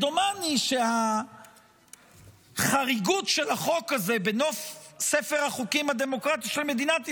דומני שהחריגות של החוק הזה בנוף ספר החוקים הדמוקרטי של מדינת ישראל,